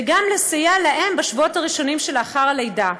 וגם לסייע לאם בשבועות הראשונים שלאחר הלידה,